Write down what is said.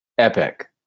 epic